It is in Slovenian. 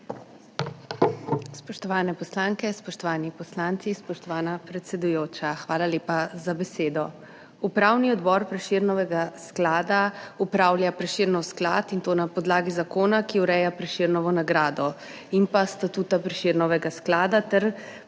Spoštovane poslanke, spoštovani poslanci! Spoštovana predsedujoča, hvala lepa za besedo. Upravni odbor Prešernovega sklada upravlja Prešernov sklad, in to na podlagi zakona, ki ureja Prešernovo nagrado, in pa statuta Prešernovega sklada, ter potem na